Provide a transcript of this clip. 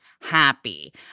happy